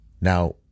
Now